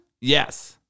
Yes